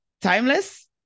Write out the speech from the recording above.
timeless